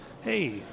Hey